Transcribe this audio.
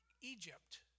Egypt